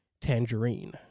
Tangerine